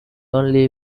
only